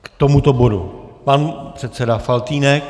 K tomuto bodu pan předseda Faltýnek.